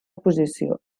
posició